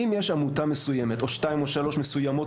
אם יש עמותה מסוימת או שתיים או שלוש מסוימות